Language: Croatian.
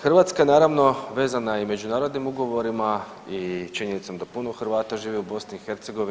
Hrvatska naravno vezana je i međunarodnim ugovorima i činjenicom da puno Hrvata živi u BiH.